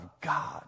God